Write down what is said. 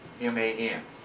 M-A-N